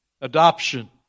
Adoption